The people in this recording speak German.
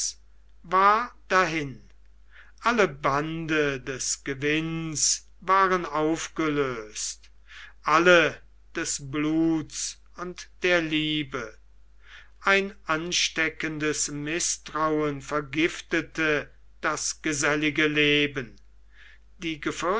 war dahin alle bande des gewinns waren aufgelöst alle des bluts und der liebe ein ansteckendes mißtrauen vergiftete das gesellige leben die